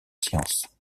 science